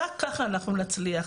רק ככה אנחנו נצליח.